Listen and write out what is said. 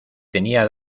tenía